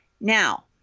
now